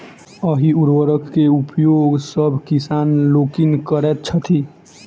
एहि उर्वरक के उपयोग सभ किसान लोकनि करैत छथि